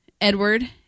Edward